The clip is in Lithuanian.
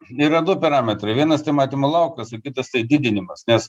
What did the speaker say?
yra du parametrai vienas tai matymo laukas o kitas tai didinimas nes